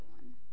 one